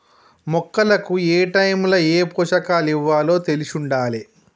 మొక్కలకు ఏటైముల ఏ పోషకాలివ్వాలో తెలిశుండాలే